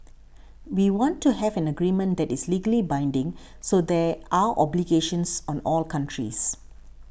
we want to have an agreement that is legally binding so there are obligations on all countries